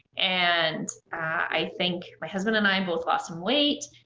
and i think my husband and i both lost some weight,